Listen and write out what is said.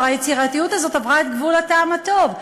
היצירתיות הזאת כבר עברה את גבול הטעם הטוב.